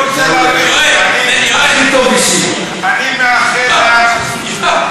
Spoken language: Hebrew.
לא מאמין שאני אומר את זה, אבל בכל זאת: מזל טוב.